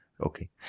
Okay